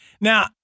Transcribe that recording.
Now